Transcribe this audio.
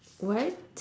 what